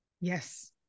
Yes